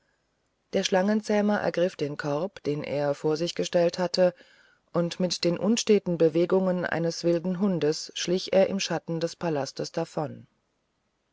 der schlangenzähmer ergriff den korb den er von sich gestellt hatte und mit den unsteten bewegungen eines wilden hundes schlich er im schatten des palastes davon